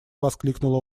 воскликнула